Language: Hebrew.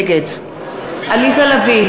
נגד עליזה לביא,